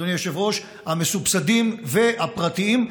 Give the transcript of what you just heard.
אדוני היושב-ראש, המסובסדים והפרטיים.